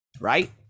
right